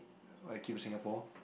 when I came to Singapore